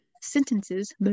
sentences